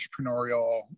entrepreneurial